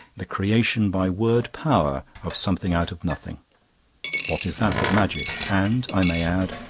the creation by word-power of something out of nothing what is that but magic? and, i may add,